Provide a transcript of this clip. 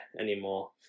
anymore